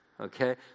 Okay